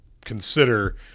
consider